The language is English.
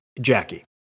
Jackie